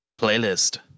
playlist